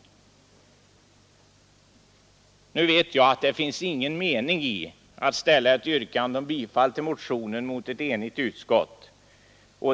Jag vet att det inte finns någon mening i att framställa ett yrkande om bifall till motionen mot ett enigt utskott.